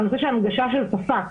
הנושא של הנגשה של שפה.